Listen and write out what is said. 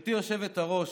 גברתי היושבת-ראש,